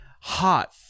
Hot